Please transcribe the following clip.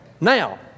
Now